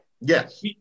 Yes